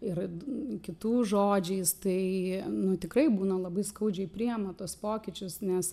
ir kitų žodžiais tai nu tikrai būna labai skaudžiai priima tuos pokyčius nes